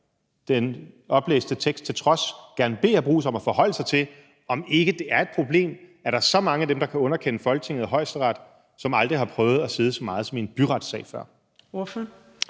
den oplæste tekst til trods gerne bede hr. Jeppe Bruus om at forholde sig til, om ikke det er et problem, at der er så mange af dem, der kan underkende Folketinget og Højesteret, som aldrig har prøvet at sidde så meget som i en retssag før.